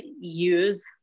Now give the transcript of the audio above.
use